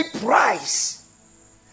price